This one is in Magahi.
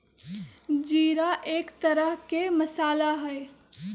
जीरा एक तरह के मसाला हई